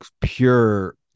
pure